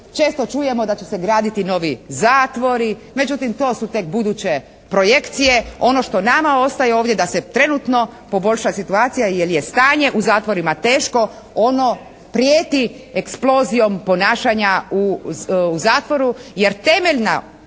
Često čujemo da će se graditi novi zatvori. Međutim, to su tek buduće projekcije. Ono što nama ostaje ovdje, da se trenutno poboljša situacija jer je stanje u zatvorima teško. Ono prijeti eksplozijom ponašanja u zatvoru, jer temeljna,